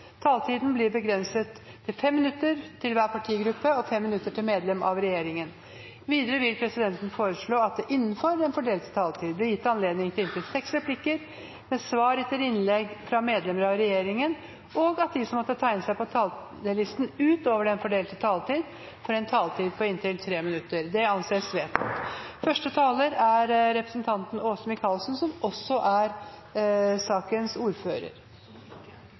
taletiden blir begrenset til 5 minutter til hver partigruppe og 5 minutter til medlem av regjeringen. Videre vil presidenten foreslå at det blir gitt anledning til inntil seks replikker med svar etter innlegg fra medlemmer av regjeringen innenfor den fordelte taletid, og at de som måtte tegne seg på talerlisten utover den fordelte taletid, får en taletid på inntil 3 minutter. – Det anses vedtatt. Første taler er representanten Åse Michaelsen, som også er sakens ordfører.